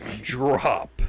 drop